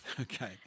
Okay